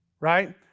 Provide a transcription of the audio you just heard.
right